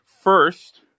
First